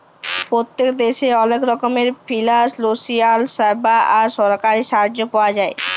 পত্তেক দ্যাশে অলেক রকমের ফিলালসিয়াল স্যাবা আর সরকারি সাহায্য পাওয়া যায়